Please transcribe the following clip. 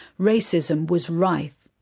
racism was rife.